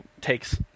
takes